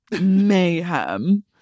mayhem